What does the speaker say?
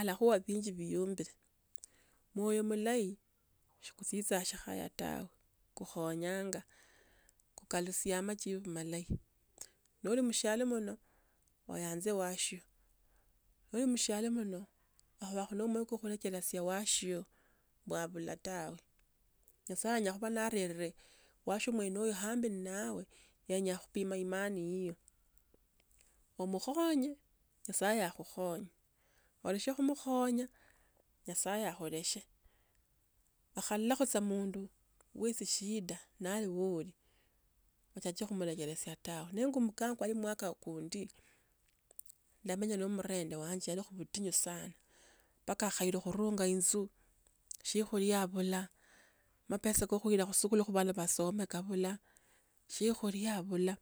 alakhuha ebinji biyumbile. Omwoyo mulahi sukutsitsaa eshikhaya tawe, kukhonyanga, kukalusiaa amajibu amalahi, noli mushiala mono oyanza washio .Noli mushiala munoo, bakhu ba kho lo omwoyo wo kulechelesha wasio bwabula tawe. Nysasaye nyakoba narrere, wasio mwenoyo khambe nnawe, yenyaa khupima imani yiyo omukhonye, nyasaye akhukhonya, olashe khumukhonya nyasaye akhuleshe, akhalalakho tsa omundu ,we tsishida nali vule, otsiake khumulekhelasia tawe, nenga omukamba kwo omwaka kundi ndamanya nomundu wanje, ndali khubutinyu sana mbaka khailwa khurunga inzu shiokhulia abula, amapesa ka khuila khusikulu khu abana basoma kabula, shiokhulia abula